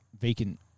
vacant